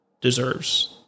deserves